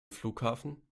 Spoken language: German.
flughafen